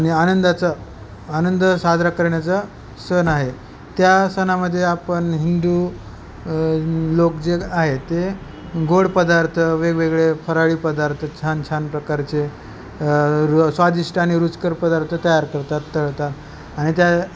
आणि आनंदाचा आनंद साजरा करण्याचा सण आहे त्या सणामध्ये आपण हिंदू लोक जे आहे ते गोड पदार्थ वेगवेगळे फराळी पदार्थ छान छान प्रकारचे र स्वादिष्ट आणि रुचकर पदार्थ तयार करतात तळतात आणि त्या